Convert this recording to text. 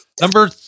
Number